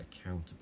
accountable